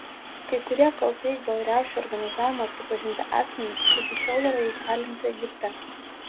kai kurie kaltais dėl riaušių organizavimo pripažinti asmenys iki šiol yra įkalinti egipte